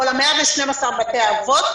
כל ה-112 בתי אבות,